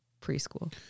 preschool